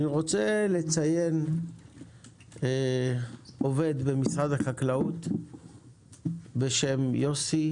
אני רוצה לציין עובד במשרד החקלאות בשם יוסי